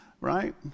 right